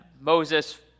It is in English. Moses